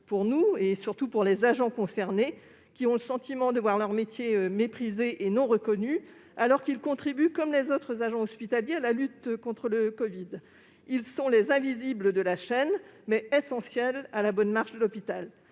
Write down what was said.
incompréhensible pour les agents concernés. Ils ont le sentiment que leur métier est méprisé, non reconnu, alors qu'ils contribuent comme les autres agents hospitaliers à la lutte contre la covid. Ils sont les invisibles de la chaîne, pourtant essentiels à la bonne marche de l'hôpital.